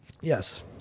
Yes